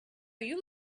you